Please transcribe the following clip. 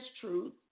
truth